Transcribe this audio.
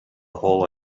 hole